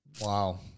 Wow